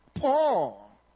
Paul